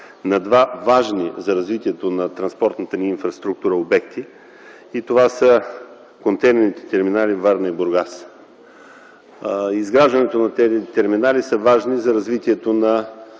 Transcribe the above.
на два важни за развитието на транспортната ни инфраструктура обекти и това са контейнерните терминали Варна и Бургас. Изграждането на тези терминали е важно за развитието на